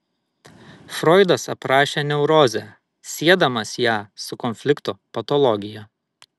froidas aprašė neurozę siedamas ją su konflikto patologija